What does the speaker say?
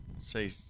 say